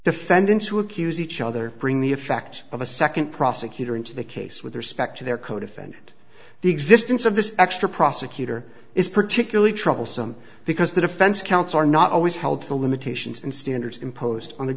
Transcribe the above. defendants who accuse each other bring the effect of a second prosecutor into the case with respect to their codefendant the existence of this extra prosecutor is particularly troublesome because the defense counsel are not always held to the limitations and standards imposed on the